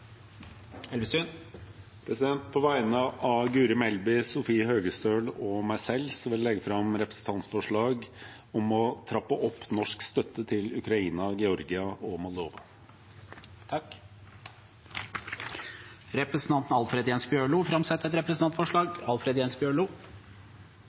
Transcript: På vegne av representantene Guri Melby, Sofie Høgestøl og meg selv vil jeg framsette et representantforslag om å trappe opp norsk støtte til Ukraina, Georgia og Moldova. Representanten Alfred Jens Bjørlo vil framsette et representantforslag.